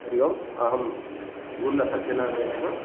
हरि ओम् अहं गुल्लसत्यनारायणः